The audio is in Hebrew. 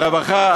הרווחה,